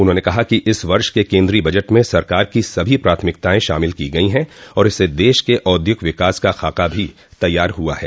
उन्होंने कहा कि इस वर्ष के केन्द्रीय बजट में सरकार की सभी प्राथमिकताएं शामिल की गई हैं और इससे देश के औद्योगिक विकास का ख़ाका भी तैयार हुआ है